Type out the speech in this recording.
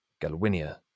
Galwinia